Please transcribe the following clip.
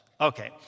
Okay